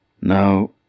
Now